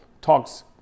talks